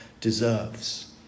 deserves